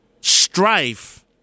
strife